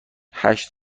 هشت